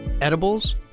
edibles